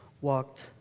walked